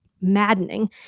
maddening